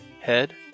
head